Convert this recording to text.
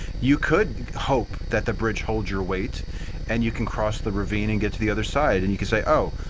you could hope that the bridge holds your weight and you can cross the ravine and get to the other side. and you can say, oh,